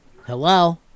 Hello